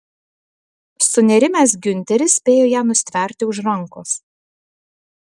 sunerimęs giunteris spėjo ją nustverti už rankos